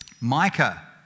Micah